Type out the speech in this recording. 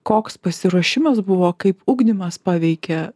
koks pasiruošimas buvo kaip ugdymas paveikia